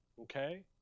Okay